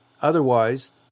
Otherwise